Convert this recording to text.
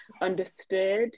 understood